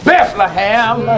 Bethlehem